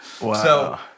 Wow